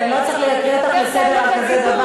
שלא אצטרך לקרוא לך לסדר על דבר כזה.